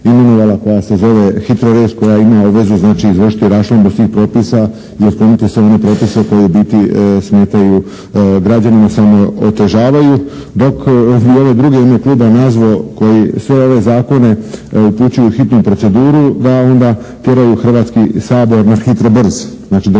koja se zove HITRORez koja ima vezu znači izvršiti raščlambu svih propisa i osloniti se na one propise koji u biti smetaju građanima samo otežavaju. Dok i ove druge u ime kluba nazvao koji sve ove zakone upućuju u hitnu proceduru da onda tjeraju Hrvatski sabor na HITRO BRZ, znači